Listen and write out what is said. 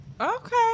Okay